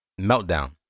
Meltdown